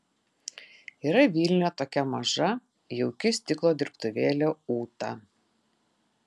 yra vilniuje tokia maža jauki stiklo dirbtuvėlė ūta